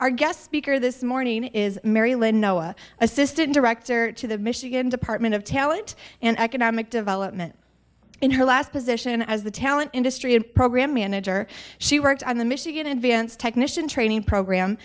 our guest speaker this morning is mary lynn noa assistant director to the michigan department of talent and economic development in her last position as the talent industry and program manager she works on the michigan advanced technician training program